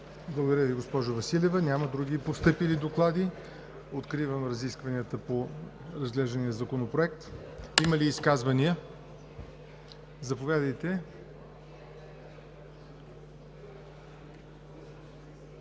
Ви, госпожо Василева. Няма други постъпили доклади. Откривам разискванията по разглеждания законопроект. Има ли изказвания? Заповядайте,